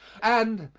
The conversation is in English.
and,